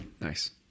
Nice